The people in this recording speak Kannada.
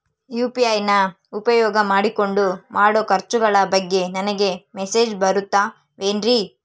ಯು.ಪಿ.ಐ ನ ಉಪಯೋಗ ಮಾಡಿಕೊಂಡು ಮಾಡೋ ಖರ್ಚುಗಳ ಬಗ್ಗೆ ನನಗೆ ಮೆಸೇಜ್ ಬರುತ್ತಾವೇನ್ರಿ?